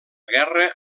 guerra